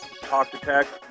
talk-to-text